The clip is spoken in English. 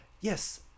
yes